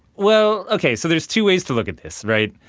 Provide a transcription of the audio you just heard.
well, okay, so there's two ways to look at this, right?